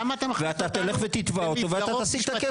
ואתה תלך ותתבע אותו ואתה תשיג את הכסף.